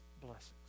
blessings